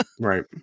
Right